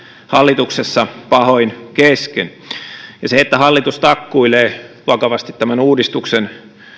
hallituksessa pahoin kesken se että hallitus takkuilee vakavasti tämän uudistuksen